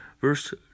verse